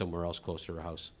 somewhere else closer rouse